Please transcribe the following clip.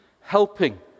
helping